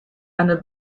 eine